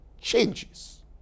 changes